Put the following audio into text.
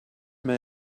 mir